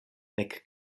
nek